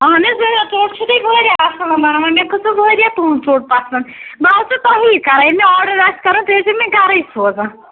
اَہن حظ اۭں ژوٚٹ چھُو تُہۍ واریاہ اَصٕل بَناوان مےٚ کھٔژوٕ واریاہ تُہٕنٛز ژوٚٹ پَسنٛد بہٕ آسوٕ تۄہے کَران ییٚلہِ مےٚ آرڈر آسہِ کَرُن تُہۍ ٲسزیٚو مےٚ گَرَے سوزان